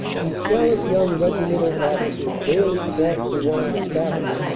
these gallant young regi mental officers daily quaff the wine of battle,